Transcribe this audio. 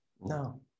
No